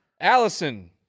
Allison